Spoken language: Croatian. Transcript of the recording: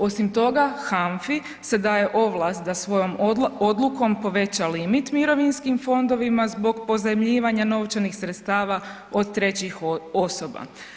Osim toga, HANFA-i se daje ovlast da svojom odlukom poveća limit mirovinskim fondovima zbog pozajmljivanja novčanih sredstava od trećih osoba.